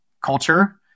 culture